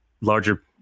larger